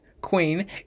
queen